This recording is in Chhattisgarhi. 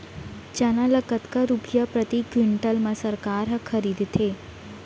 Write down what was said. चना ल कतका रुपिया प्रति क्विंटल म सरकार ह खरीदथे?